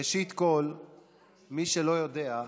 ראשית, מי שלא יודע,